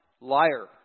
liar